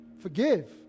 Forgive